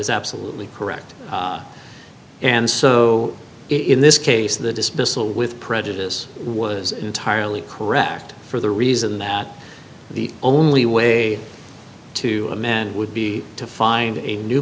is absolutely correct and so in this case the dismissal with prejudice was entirely correct for the reason that the only way to a man would be to find a new